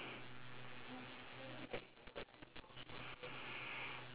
then what about for you